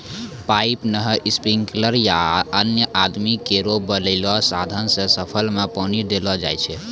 pipe, नहर, sprinkler या अन्य आदमी केरो बनैलो साधन सें फसल में पानी देलो जाय छै